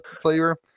flavor